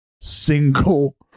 single